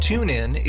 TuneIn